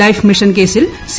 life mission കേസിൽ C